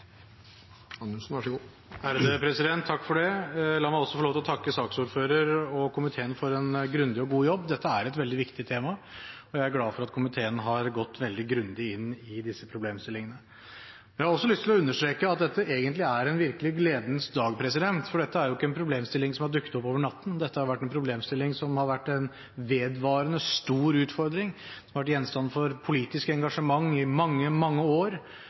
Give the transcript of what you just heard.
La meg få lov til å takke saksordføreren og komiteen for en grundig og god jobb. Dette er et veldig viktig tema, og jeg er glad for at komiteen har gått veldig grundig inn i disse problemstillingene. Jeg har også lyst til å understreke at dette egentlig er en virkelig gledens dag, for dette er ikke en problemstilling som har dukket opp over natten. Dette er en problemstilling som har vært en vedvarende stor utfordring og har vært gjenstand for politisk engasjement i mange, mange år,